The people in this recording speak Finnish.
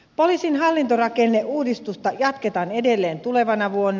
poliisin hallintorakenneuudistusta jatketaan edelleen tulevana vuonna